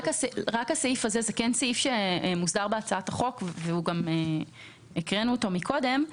זה סעיף שמוסדר בהצעת החוק, והקראנו אותו קודם.